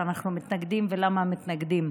שאנחנו מתנגדים ולמה מתנגדים.